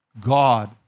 God